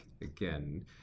again